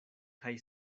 kaj